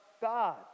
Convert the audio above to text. God